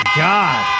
god